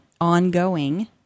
ongoing